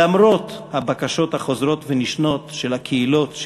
למרות הבקשות החוזרות ונשנות של הקהילות,